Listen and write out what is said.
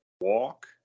walk